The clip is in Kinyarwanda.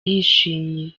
yishimye